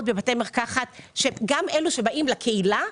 גם אלה שכבר באים לעבוד בקהילה,